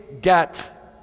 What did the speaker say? get